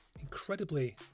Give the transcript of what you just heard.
incredibly